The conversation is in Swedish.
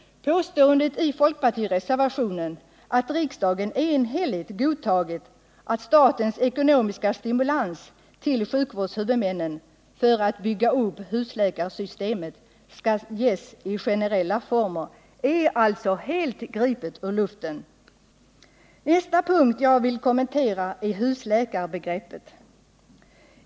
Påståendet i folkpartireservationen att riksdagen enhälligt godtagit att statens ekonomiska stimulans till sjukvårdshuvudmännen för att bygga upp husläkarsystemet skall ges i generella former är alltså helt gripet ur luften. Nästa punkt jag vill kommentera är husläkarbegreppet.